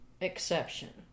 exception